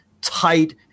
tight